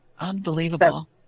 Unbelievable